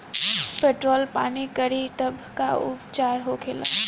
Petrol पान करी तब का उपचार होखेला?